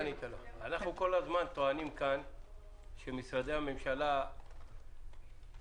אנחנו כל הזמן טוענים כאן שמשרדי הממשלה מתעכבים